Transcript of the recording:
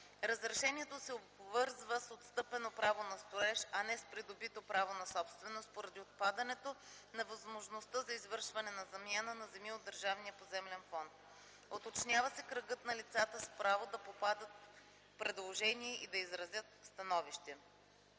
Разрешението се обвързва с отстъпено право на строеж, а не с придобито право на собственост, поради отпадането на възможността за извършване на замяна за земи от държавния поземлен фонд. Уточнява се кръгът на лицата с право да подадат предложение и да изразят становище.